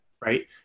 right